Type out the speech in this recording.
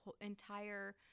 entire